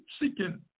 seeking